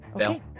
Okay